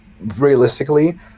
realistically